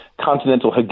continental